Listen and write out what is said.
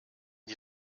die